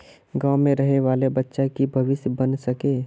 गाँव में रहे वाले बच्चा की भविष्य बन सके?